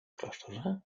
klasztorze